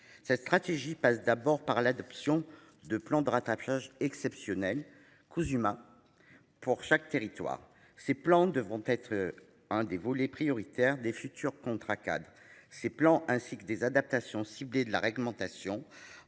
Cette stratégie passe d'abord par l'adoption de plans de rattrapage exceptionnel cousu main. Pour chaque territoire ces plans devront être. Un des volets prioritaires des futurs contrats cadres ces plans ainsi que des adaptations ciblées de la réglementation,